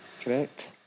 Correct